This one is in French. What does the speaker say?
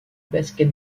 basket